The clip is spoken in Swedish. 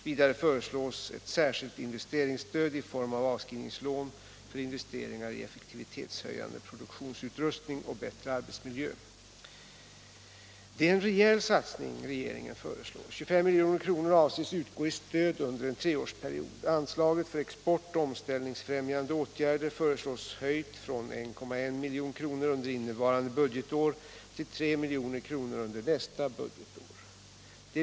Vidare = strin föreslås ett särskilt investeringsstöd i form av avskrivningslån för investeringar i effektivitetshöjande produktionsutrustning och bättre ar Om målsättningen betsmiljö. för stödet till den Det är en rejäl satsning regeringen föreslår. 25 milj.kr. avses utgå manuella glasindui stöd under en treårsperiod. Anslaget för export och omställningsfräm = strin jande åtgärder föreslås höjt från 1,1 milj.kr. under innevarande budgetår till 3 milj.kr. under nästa budgetår.